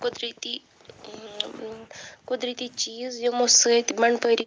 قۅدرٔتی قۅدرٔتی چیٖز یِمو سٍتۍ من پورِ